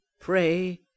pray